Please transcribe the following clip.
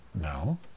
No